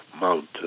mountain